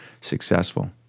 successful